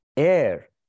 Air